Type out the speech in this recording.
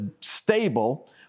stable